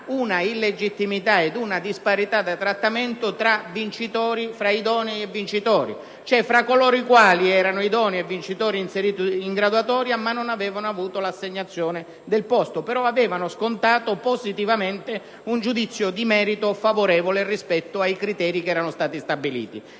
una illegittimità ed una disparità di trattamento tra idonei e vincitori, ossia tra coloro i quali erano idonei e vincitori inseriti in graduatoria senza che avessero avuto l'assegnazione del posto ma avevano scontato positivamente un giudizio di merito favorevole rispetto ai criteri stabiliti.